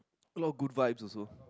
a lot of Good Vibes also